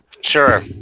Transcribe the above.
Sure